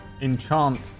enchant